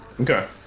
Okay